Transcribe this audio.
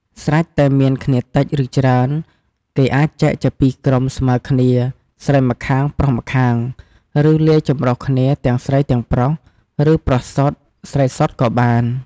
ស្រេចតែមានគ្នាតិច ឬ ច្រើន គេអាចចែកជាពីរក្រុមស្មើគ្នា ស្រីម្ខាង ប្រុសម្ខាង ឬ លាយចម្រុះគ្នាទាំងស្រីទាំងប្រុស ឬ ប្រុសសុទ្ធ ស្រីសុទ្ធក៏បាន។